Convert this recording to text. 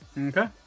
Okay